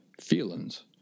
feelings